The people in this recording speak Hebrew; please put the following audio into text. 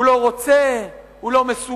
הוא לא רוצה, הוא לא מסוגל,